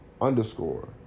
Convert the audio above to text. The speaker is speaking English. underscore